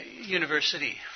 University